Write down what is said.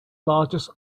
largest